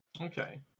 Okay